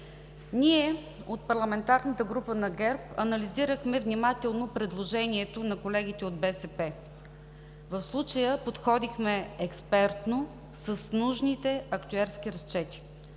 Ние от парламентарната група на ГЕРБ анализирахме внимателно предложението на колегите от БСП. В случая подходихме експертно с нужните актюерски разчети.